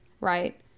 right